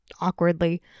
awkwardly